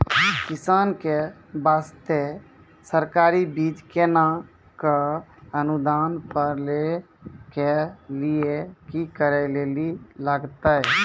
किसान के बास्ते सरकारी बीज केना कऽ अनुदान पर लै के लिए की करै लेली लागतै?